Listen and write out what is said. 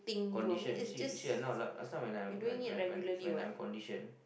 condition you see you see ah now last last time when I'm when when when when I'm conditioned